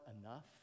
enough